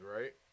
right